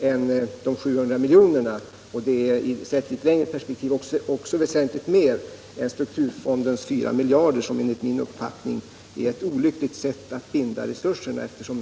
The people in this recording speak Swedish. än de 700 miljonerna, och det är — upprätthålla sett i ett längre perspektiv också väsentligt mer än strukturfondens 4 = sysselsättningen i miljarder, som enligt min uppfattning innebär ett olyckligt sätt att binda — Lessebo resurserna.